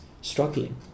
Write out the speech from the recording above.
struggling